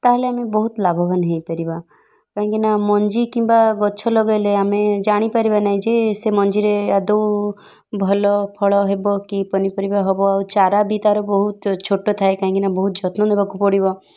ତା'ହେଲେ ଆମେ ବହୁତ ଲାଭବାନ ହେଇପାରିବା କାହିଁକିନା ମଞ୍ଜି କିମ୍ବା ଗଛ ଲଗେଇଲେ ଆମେ ଜାଣିପାରିବା ନହିଁ ଯେ ସେ ମଞ୍ଜିରେ ଆଦୌ ଭଲ ଫଳ ହେବ କି ପନିପରିବା ହବ ଆଉ ଚାରା ବି ତାର ବହୁତ ଛୋଟ ଥାଏ କାହିଁକିନା ବହୁତ ଯତ୍ନ ଦେବାକୁ ପଡ଼ିବ